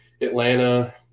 Atlanta